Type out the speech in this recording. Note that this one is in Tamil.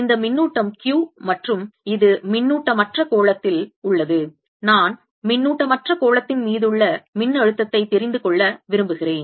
இந்த மின்னூட்டம் Q மற்றும் இது மின்னூட்டமற்ற கோளத்தில் உள்ளது நான் மின்னூட்டமற்ற கோளத்தின் மீதுள்ள மின்னழுத்தத்தை தெரிந்து கொள்ள விரும்புகிறேன்